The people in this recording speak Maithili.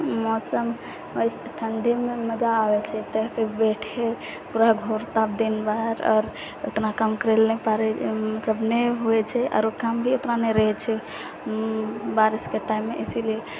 मौसम मस्त ठण्डीमे मजा आबै छै एक तरफ बैठय पूरा घूर ताप दिन रात आओर उतना काम करय लेल नहि पड़य मतलब नहि हुए छै आरो काम भी उतना नहि रहै छै बारिशके टाइममे इसीलिए